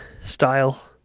style